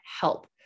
help